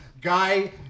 guy